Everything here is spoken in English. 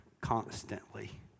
constantly